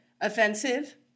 offensive